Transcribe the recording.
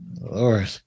Lord